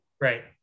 Right